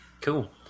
Cool